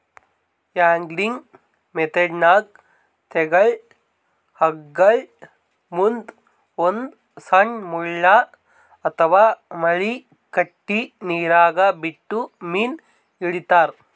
angling ಮೆಥೆಡ್ನಾಗ್ ತೆಳ್ಳಗ್ ಹಗ್ಗಕ್ಕ್ ಮುಂದ್ ಒಂದ್ ಸಣ್ಣ್ ಮುಳ್ಳ ಅಥವಾ ಮಳಿ ಕಟ್ಟಿ ನೀರಾಗ ಬಿಟ್ಟು ಮೀನ್ ಹಿಡಿತಾರ್